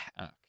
okay